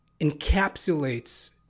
encapsulates